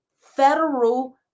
federal